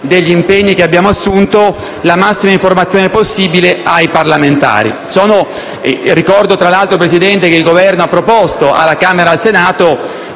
degli impegni che abbiamo assunto, la massima informazione possibile ai parlamentari. Ricordo, tra l'altro, Presidente, che il Governo ha proposto alla Camera e al Senato